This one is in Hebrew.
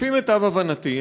לפי מיטב הבנתי,